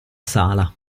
sala